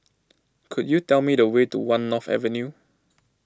could you tell me the way to one North Avenue